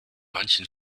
manchen